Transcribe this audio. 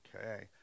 Okay